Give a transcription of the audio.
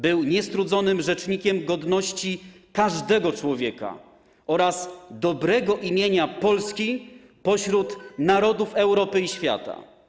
Był niestrudzonym rzecznikiem godności każdego człowieka oraz dobrego imienia Polski pośród narodów Europy i świata.